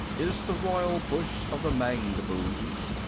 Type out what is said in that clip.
is the royal bush of the mangaboos.